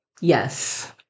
Yes